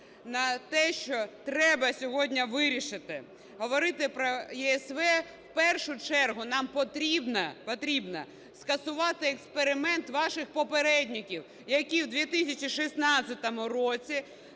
на те, що треба сьогодні вирішити, говорити про ЄСВ, в першу чергу нам потрібно скасувати експеримент ваших попередників, які в 2016 році